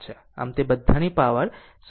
આમ તે બધાની પાવર 0